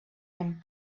him